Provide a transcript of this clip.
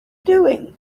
doing